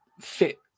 fit